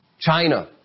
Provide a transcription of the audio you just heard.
China